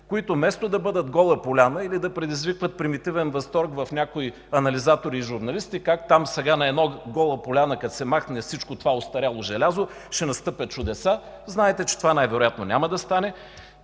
които вместо да бъдат гола поляна, или да предизвикват примитивен възторг в някои анализатори и журналисти, как там сега на една гола поляна, като се махне всичкото остаряло желязо, ще настъпят чудеса. Знаете, че това най-вероятно няма да стане.